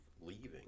leaving